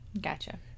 Gotcha